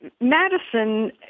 Madison